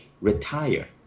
retire